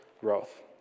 growth